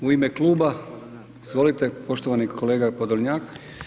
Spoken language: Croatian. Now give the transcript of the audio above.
U ime kluba, izvolite, poštovani kolega Podolnjak.